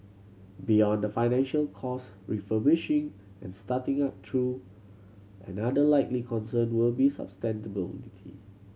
beyond the financial cost refurbishing and starting up though another likely concern will be sustainability